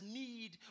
need